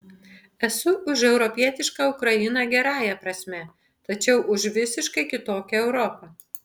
esu už europietišką ukrainą gerąja prasme tačiau už visiškai kitokią europą